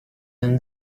than